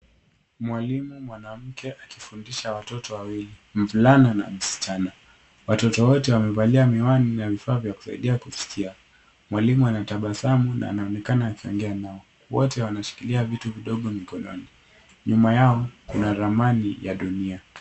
Mwalimu mwanamke akifundisha watoto wawili, mvulana na msichana. Watoto wote wamevalia miwani na vifaa vya kusaidia kuskia. Mwalimu anatabasamu na anaonekana akiongea nao. Wote wameshikilia vitu vidogo mkononi. Nyuma yao kuna ramani ya dunia.